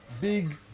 big